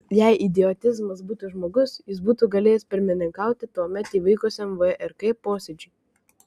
jei idiotizmas būtų žmogus jis būtų galėjęs pirmininkauti tuomet įvykusiam vrk posėdžiui